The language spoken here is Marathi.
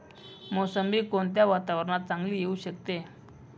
मोसंबी कोणत्या वातावरणात चांगली येऊ शकते?